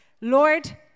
Lord